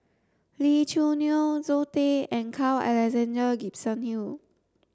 Lee Choo Neo Zoe Tay and Carl Alexander Gibson Hill